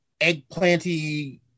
eggplanty